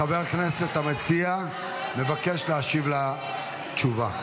חבר הכנסת המציע מבקש להשיב על התשובה.